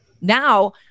Now